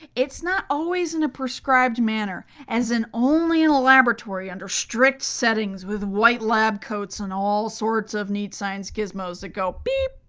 it's not always in a prescribed manner, as in, only in a laboratory under strict settings, with white lab coats and all sorts of neat science gizmos that go, beep!